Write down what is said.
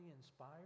inspired